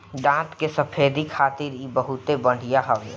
दांत के सफेदी खातिर इ बहुते बढ़िया हवे